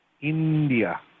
India